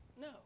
No